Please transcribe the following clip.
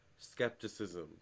skepticism